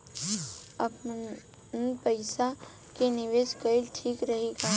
आपनपईसा के निवेस कईल ठीक रही का?